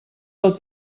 del